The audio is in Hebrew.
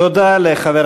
תודה לחבר